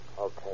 okay